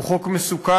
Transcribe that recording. הוא חוק מסוכן.